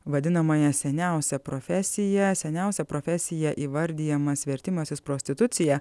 vadinamąją seniausią profesiją seniausia profesija įvardijamas vertimasis prostitucija